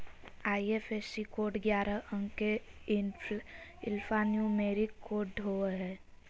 IFSC code ग्यारह अंक के एल्फान्यूमेरिक कोड होवो हय